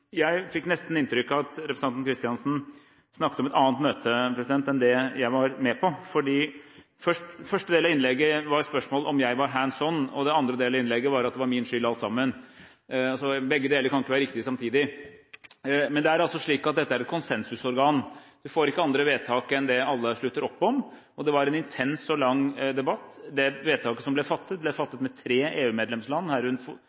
Jeg fikk nesten inntrykk av at representanten Kristiansen snakket om et annet møte enn det jeg var med på. Første del av innlegget var spørsmål om jeg var «hands on». Den andre delen av innlegget var at det var min skyld alt sammen. Begge deler kan ikke være riktig samtidig. Men det er altså slik at dette er et konsensusorgan. Vi får ikke andre vedtak enn det alle slutter opp om. Det var en intens og lang debatt. Det vedtaket som ble fattet, ble